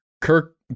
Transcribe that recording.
Kirk